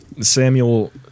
Samuel